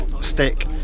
stick